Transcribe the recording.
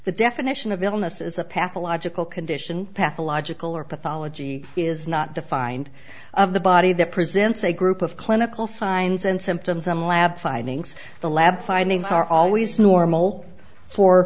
the definition of illness is a pathological condition pathological or pathology is not defined of the body that presents a group of clinical signs and symptoms and lab findings the lab findings are always normal for